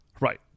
Right